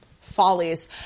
Follies